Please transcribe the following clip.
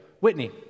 Whitney